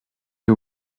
est